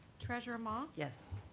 treasurer ma? yes.